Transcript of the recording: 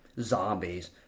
zombies